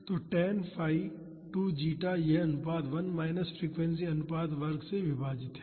तो tan phi 2 zeta यह अनुपात 1 माइनस फ्रीक्वेंसी अनुपात वर्ग से विभाजित है